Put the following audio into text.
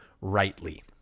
rightly